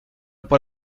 por